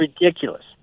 ridiculous